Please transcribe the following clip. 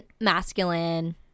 masculine